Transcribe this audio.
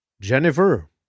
Jennifer